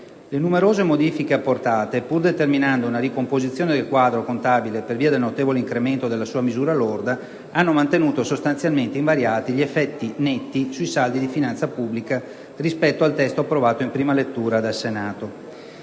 Le numerose modifiche apportate, pur determinando una ricomposizione del quadro contabile per via del notevole incremento della sua misura lorda, hanno mantenuto sostanzialmente invariati gli effetti netti sui saldi di finanza pubblica rispetto al testo approvato in prima lettura dal Senato.